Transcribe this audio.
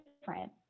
different